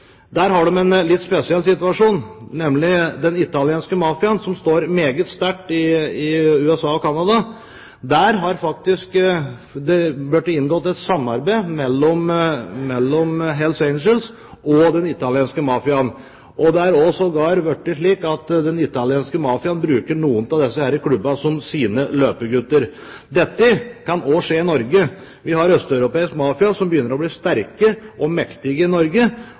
der. Der har de en litt spesiell situasjon, nemlig den italienske mafiaen som står meget sterkt i USA og Canada. Der har det blitt inngått et samarbeid mellom Hells Angels og den italienske mafiaen. Det har sågar blitt slik at den italienske mafiaen bruker noen av disse klubbene som sine løpegutter. Dette kan også skje i Norge. Vi har østeuropeisk mafia som begynner å bli sterke og mektige i Norge,